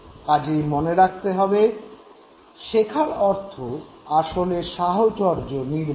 কাজেই মনে রাখতে হবে শেখার অর্থ আসলে সাহচর্য নির্মাণ